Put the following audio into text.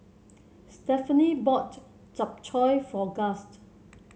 Stephanie bought Japchae for Gust